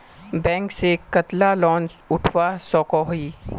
Bank से कतला loan उठवा सकोही?